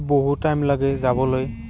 বহু টাইম লাগে যাবলৈ